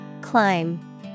Climb